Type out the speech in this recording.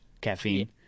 caffeine